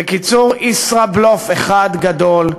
בקיצור, ישראבלוף אחד גדול.